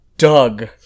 Doug